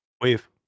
Wave